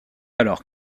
alors